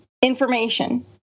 information